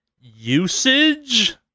usage